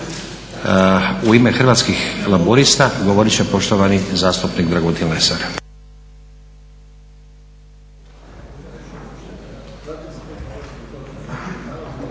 U ime Hrvatskim laburista govorit će poštovani zastupnik Dragutin Lesar.